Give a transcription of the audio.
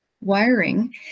wiring